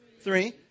Three